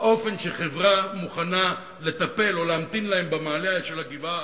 האופן שבו חברה מוכנה לטפל בהם או להמתין להם במעלה הגבעה,